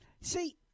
See